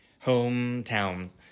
hometowns